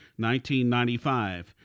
1995